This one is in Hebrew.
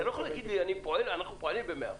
אתה לא יכול להגיד לי שאתם פועלים ב-100 אחוזים.